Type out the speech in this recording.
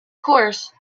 course